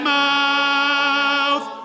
mouth